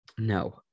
no